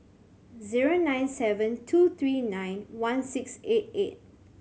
zero nine seven two three nine one six eight eight